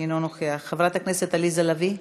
אינו נוכח, חברת הכנסת עליזה לביא,